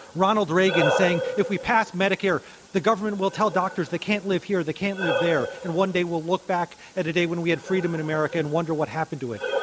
ronald reagan saying, if we pass medicare the government will tell doctors they can't live here, they can't live there, and one day we'll look back at a day when we had freedom in america and wonder what happened to it.